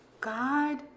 God